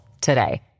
today